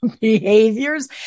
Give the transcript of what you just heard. behaviors